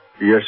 Yes